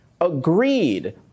agreed